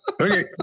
Okay